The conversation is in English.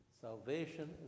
Salvation